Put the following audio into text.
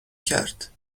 کرد